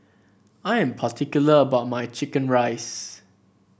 I am particular about my chicken rice